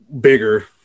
bigger